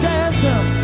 anthem